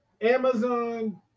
Amazon